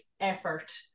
effort